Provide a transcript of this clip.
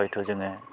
हयथ' जोङो